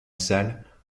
salle